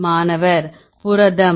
மாணவர் புரதம்